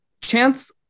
Chance